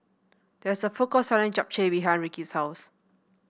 there is a food court selling Japchae behind Rickie's house